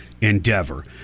endeavor